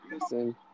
listen